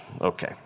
Okay